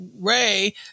Ray